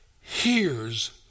hears